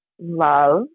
love